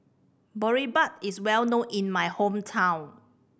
boribap is well known in my hometown